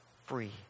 free